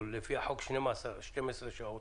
לפי החוק הוא נוהג 12 שעות.